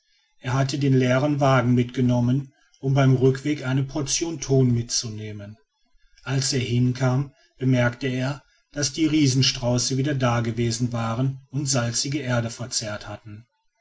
er hatte den leeren wagen mitgenommen um beim rückwege eine portion thon mitzunehmen als er hinkam bemerkte er daß die riesenstrauße wieder dagewesen waren und salzige erde verzehrt hatten